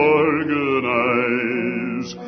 organize